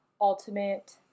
ultimate